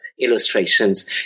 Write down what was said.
illustrations